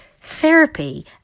therapy